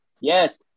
Yes